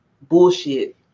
Bullshit